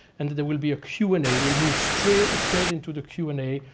and there will be a q and a. we'll move straight straight into the q and a,